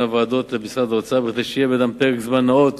הוועדות למשרד האוצר כדי שיהיה בידם פרק זמן נאות